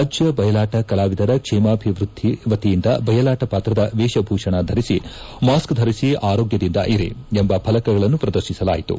ರಾಜ್ಯ ಬಯಲಾಟ ಕಲಾವಿದರ ಕ್ಷೇಮಾಭಿವೃದ್ದಿ ವತಿಯಿಂದ ಬಯಲಾಟ ಪಾತ್ರದ ವೇಷಭೂಷಣ ಧರಿಸಿ ಮಾಸ್ಕ್ ಧರಿಸಿ ಆರೋಗ್ಯದಿಂದ ಇರಿ ಎಂಬ ಫಲಕಗಳನ್ನು ಪ್ರದರ್ಶಿಸಲಾಯಿತು